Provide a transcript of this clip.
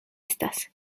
estas